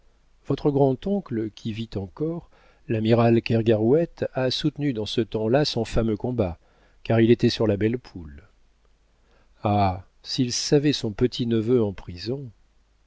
votre grand-oncle qui vit encore l'amiral kergarouët a soutenu dans ce temps-là son fameux combat car il était sur la belle poule ah s'il savait son petit-neveu en prison